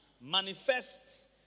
Manifests